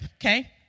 okay